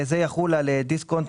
זה יחול על דיסקונט,